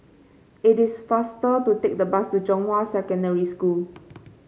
it is faster to take the bus to Zhonghua Secondary School